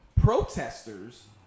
protesters